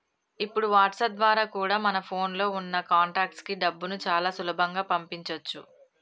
ఇప్పుడు వాట్సాప్ ద్వారా కూడా మన ఫోన్ లో ఉన్న కాంటాక్ట్స్ కి డబ్బుని చాలా సులభంగా పంపించొచ్చు